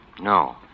No